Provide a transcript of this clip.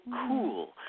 cool